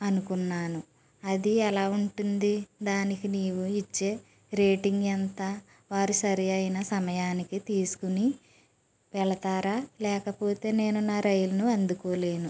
అనుకున్నాను అది ఎలా ఉంటుంది దానికి నీవు ఇచ్చే రేటింగ్ ఎంత వారి సరి అయిన సమయానికి తీసుకుని వెళతారా లేకపోతే నేను నా రైలును అందుకోలేను